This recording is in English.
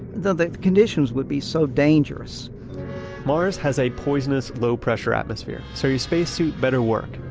the conditions would be so dangerous mars has a poisonous low-pressure atmosphere, so your space suit better work.